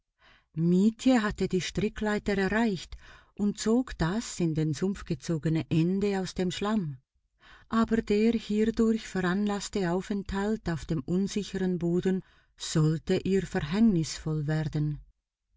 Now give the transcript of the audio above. mietje hatte die strickleiter erreicht und zog das in den sumpf gesunkene ende aus dem schlamm aber der hierdurch veranlaßte aufenthalt auf dem unsicheren boden sollte ihr verhängnisvoll werden